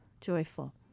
joyful